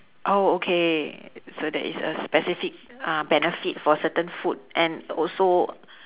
oh okay so that is a specific uh benefit for certain food and also